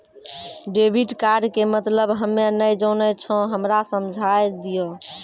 Debit card के मतलब हम्मे नैय जानै छौ हमरा समझाय दियौ?